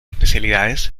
especialidades